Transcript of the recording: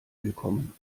willkommen